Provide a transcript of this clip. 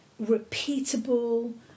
repeatable